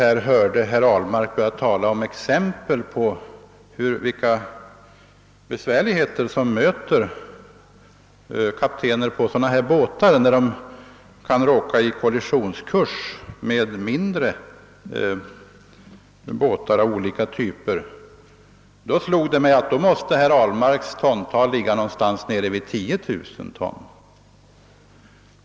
När herr Ahlmark på slutet redovisade ett exempel på vilka besvärligheter som möter kaptener på båtar, som kan råka i kollisionskurs med mindre fartyg av olika typer, fick jag det intrycket att gränsen enligt herr Ahlmarks uppfattning måste ligga vid omkring 10 000 ton.